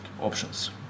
options